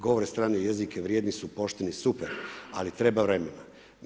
Govore strane jezike, vrijedni su, pošteni, super, ali treba vremena.